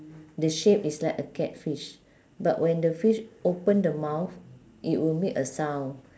the shape is like a catfish but when the fish open the mouth it will make a sound